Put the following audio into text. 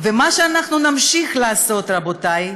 מה שאנחנו נמשיך לעשות, רבותי,